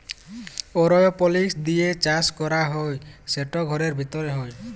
এরওপলিক্স দিঁয়ে চাষ ক্যরা হ্যয় সেট ঘরের ভিতরে হ্যয়